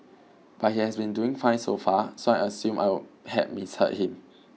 but he has been doing fine so far so I assumed I will had misheard him